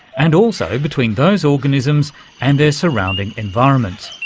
and also between those organisms and their surrounding environment.